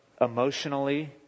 emotionally